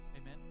Amen